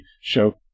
show